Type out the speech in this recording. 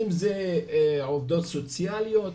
אם זה עובדות סוציאליות,